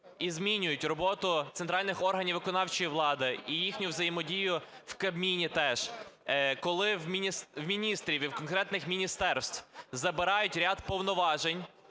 і змінюють роботу центральних органів виконавчої влади і їхню взаємодію в Кабміні теж. Коли в міністрів і в конкретних міністерств забирають ряд повноважень